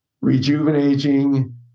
rejuvenating